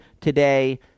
today